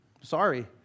Sorry